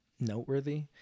noteworthy